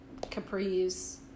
capris